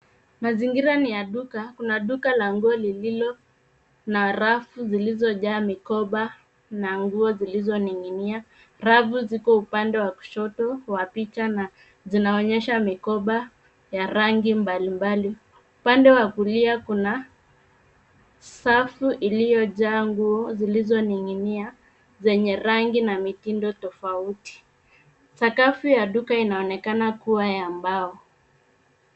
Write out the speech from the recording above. Mazingira ni ya duka. Kuna duka la nguo lililo na rafu zilizojaa mikoba na nguo zilizoning'inia. Rafu ziko katika upande wa kushoto wa picha na zinaonyesha mikoba ya rangi mbalimbali. Upande wa kulia kuna safu iliyojaa nguo zilizoning'inia zenye rangi na mitindo tofauti. Sakafu ya duka inaonekana kuwa ya mbao.